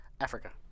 Africa